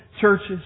churches